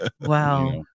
Wow